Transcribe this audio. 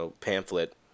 pamphlet